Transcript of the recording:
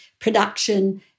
production